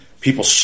people